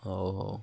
ହଉ ହଉ